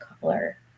color